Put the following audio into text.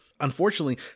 Unfortunately